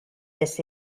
this